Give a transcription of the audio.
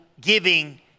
giving